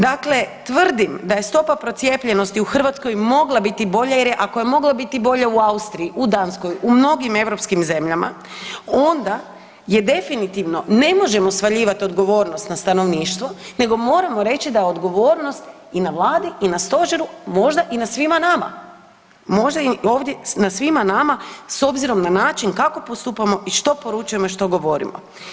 Dakle tvrdim da je stopa procijepljenosti u Hrvatskoj mogla biti bolja jer je, ako je mogla biti bolja u Austriji, u Danskoj, u mnogim europskim zemljama, onda je definitivno, ne možemo svaljivat odgovornost na stanovništvo nego moramo reći da je odgovornost i na vladi i na stožeru, možda i na svima nama, možda ovdje na svima nama s obzirom na način kako postupamo i što poručujemo i što govorimo.